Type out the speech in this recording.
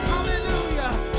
Hallelujah